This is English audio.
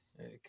Okay